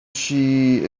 she